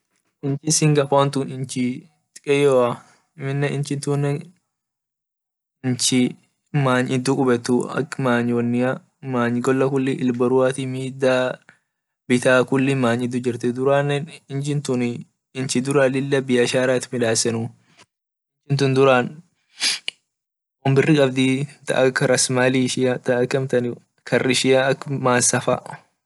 Inchi singapore inchi dikeyoa amine inchi tune inchi many diju kubetuu many gola kuli ilboruati mida kulii manyit jirtii durane inchi tun inchi duran lila biashara it midasenu inchi duran won biri qabdi ta ak raslimali ishia faa ak masaa faa.